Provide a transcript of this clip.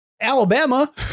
Alabama